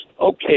Okay